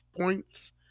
points